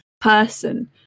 person